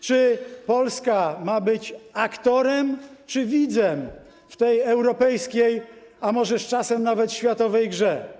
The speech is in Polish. Czy Polska ma być aktorem, czy widzem w tej europejskiej, a może z czasem nawet światowej grze?